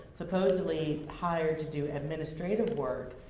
supposedly hired to do administrative work,